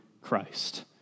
Christ